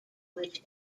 which